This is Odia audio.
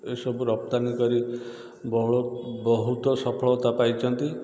ଏସବୁ ରପ୍ତାନି କରି ବହୁଳ ବହୁତ ସଫଳତା ପାଇଛନ୍ତି